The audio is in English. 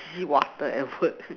drink water advert